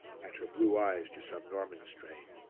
and her blue eyes to some norman strain.